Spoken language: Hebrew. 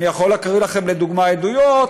אני יכול להקריא לכם לדוגמה עדויות